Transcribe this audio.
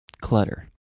clutter